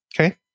Okay